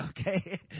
okay